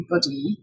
body